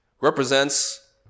represents